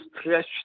stretch